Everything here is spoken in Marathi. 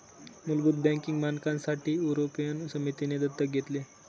मुलभूत बँकिंग मानकांसाठी युरोपियन समितीने दत्तक घेतले